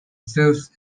serves